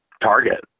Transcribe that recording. target